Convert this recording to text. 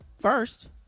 first